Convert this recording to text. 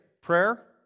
Prayer